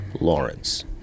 Lawrence